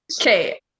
Okay